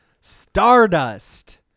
Stardust